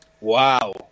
Wow